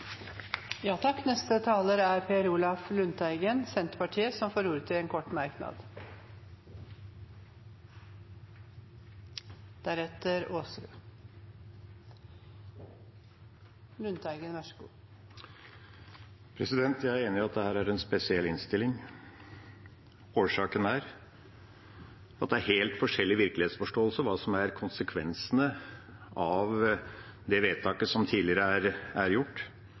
får ordet til en kort merknad, begrenset til 1 minutt. Jeg er enig i at dette er en spesiell innstilling. Årsaken er at det er helt forskjellig virkelighetsforståelse av hva som er konsekvensene av det vedtaket som tidligere er gjort. Arbeiderpartiet benekter konsekvensen, Høyre sier at det er